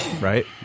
right